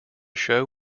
show